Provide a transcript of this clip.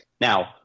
Now